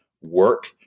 work